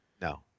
No